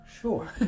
Sure